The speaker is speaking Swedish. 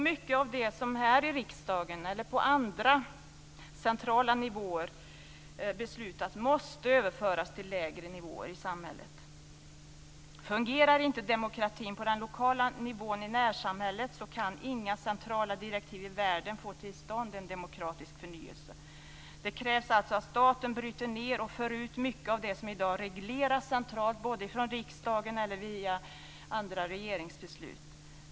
Mycket av det som beslutas här i riksdagen eller på andra centrala nivåer måste överföras till lägre nivåer i samhället. Fungerar inte demokratin på den lokala nivån i närsamhället kan inga centrala direktiv i världen få till stånd en demokratisk förnyelse. Det krävs alltså att staten bryter ned och för ut mycket av det som i dag regleras centralt både från riksdagen och via regeringsbeslut.